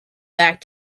back